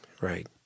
Right